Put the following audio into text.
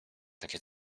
takie